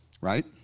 right